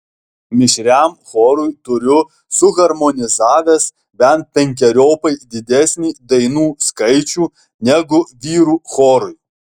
mišriam chorui turiu suharmonizavęs bent penkeriopai didesnį dainų skaičių negu vyrų chorui